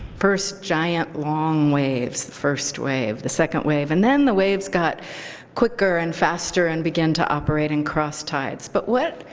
first giant, long waves. first wave, the second wave. and then the waves got quicker and faster and began to operate in cross tides. but what,